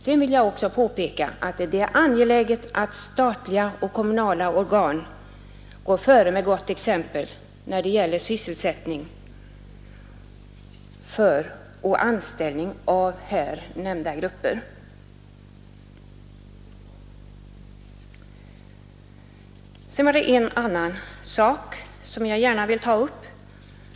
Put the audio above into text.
Vidare vill jag påpeka att det är angeläget att statliga och kommunala organ föregår med gott exempel när det gäller sysselsättning för och anställning av här nämnda grupper. Sedan var det också en annan sak som jag gärna vill ta upp.